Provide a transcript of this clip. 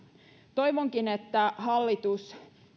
toivonkin että hallitus